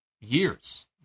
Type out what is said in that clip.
years